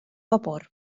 vapor